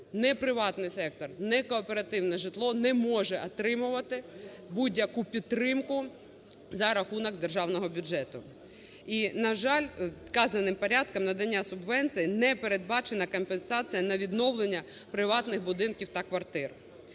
приватний сектор, ні кооперативне житло, не може отримувати будь-яку підтримку за рахунок державного бюджету. І, на жаль, вказаним порядком надання субвенцій, не передбачена компенсація на відновлення приватних будинків та квартир.